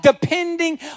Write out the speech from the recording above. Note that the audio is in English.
depending